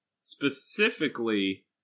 specifically